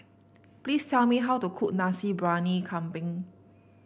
please tell me how to cook Nasi Briyani Kambing